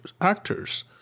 actors